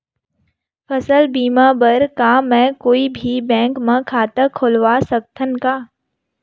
फसल बीमा बर का मैं कोई भी बैंक म खाता खोलवा सकथन का?